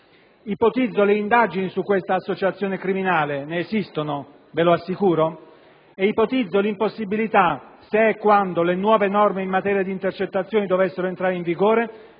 Ipotizzo le indagini su questa associazione criminale (ne esistono, lo assicuro). Ipotizzo l'impossibilità, se e quando le nuove norme in materia di intercettazioni dovessero entrare in vigore,